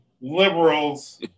liberals